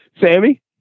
Sammy